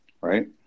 Right